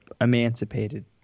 emancipated